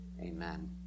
Amen